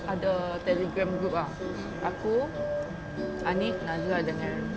ada telegram group ah aku aniq najlah dengan